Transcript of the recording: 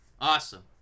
awesome